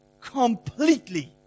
completely